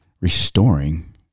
restoring